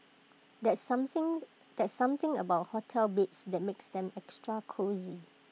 there's something there's something about hotel beds that makes them extra cosy